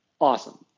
Awesome